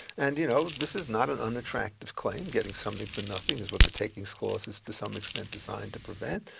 and you know, this is not an unattractive claim, getting something for nothing is what the takings clause is to some extent designed to prevent,